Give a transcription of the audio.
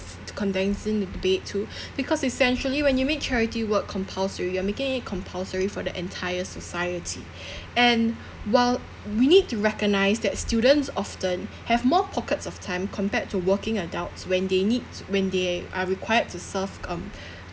condensing the debate to because essentially when you make charity work compulsory you're making it compulsory for the entire society and while we need to recognise that students often have more pockets of time compared to working adults when they need when they are required to serve um